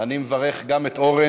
מ-Snd Group בפרלמנט האירופי